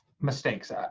mistakes